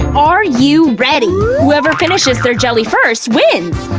are you ready? whoever finishes their jelly first wins!